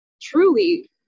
truly